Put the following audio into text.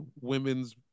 women's